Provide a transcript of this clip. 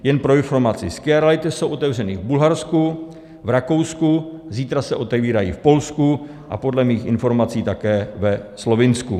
Jen pro informaci, skiareály teď jsou otevřeny v Bulharsku, v Rakousku, zítra se otevírají v Polsku a podle mých informací také ve Slovinsku.